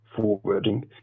forwarding